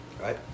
Right